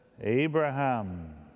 Abraham